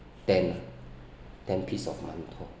ten lah ten piece of man tou